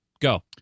Go